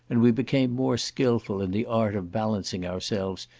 and we became more skilful in the art of balancing ourselves,